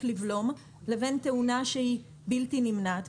לבלום לבין תאונה שהיא בלתי נמנעת.